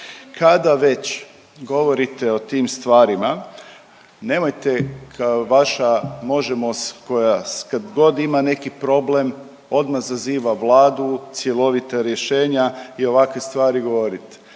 kada već govorite o tim stvarima nemojte kao vaša MOŽEMO koja kad god ima neki problem odmah zaziva Vladu, cjelovita rješenja i ovakve stvari govoriti.